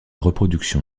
reproduction